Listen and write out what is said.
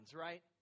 right